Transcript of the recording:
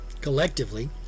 Collectively